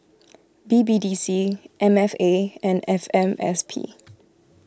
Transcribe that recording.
B B D C M F A and F M S P